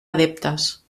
adeptes